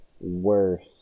worse